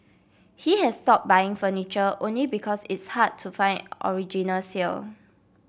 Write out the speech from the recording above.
he has stopped buying furniture only because it's hard to find originals here